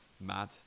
mad